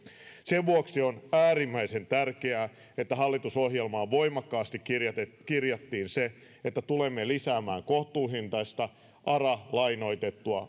sen vuoksi on äärimmäisen tärkeää että hallitusohjelmaan voimakkaasti kirjattiin kirjattiin se että tulemme lisäämään kohtuuhintaista ara lainoitettua